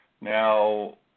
Now